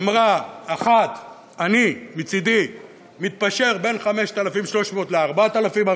אמרה: 1. אני מצדי מתפשר בין 5,300 ל-4,000.